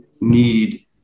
need